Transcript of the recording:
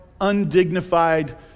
undignified